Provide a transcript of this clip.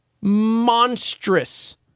monstrous